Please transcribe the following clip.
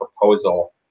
proposal